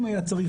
אם היה צריך,